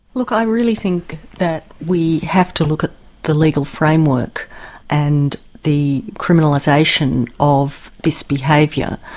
look, i really think that we have to look at the legal framework and the criminalisation of this behaviour,